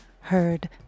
heard